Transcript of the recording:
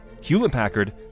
Hewlett-Packard